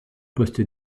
poste